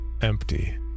Empty